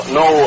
no